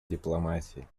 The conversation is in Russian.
дипломатии